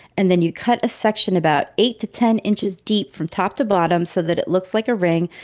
and then you cut a section about eight to ten inches deep from top to bottom so that it looks like a ring.